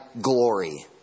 glory